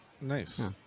Nice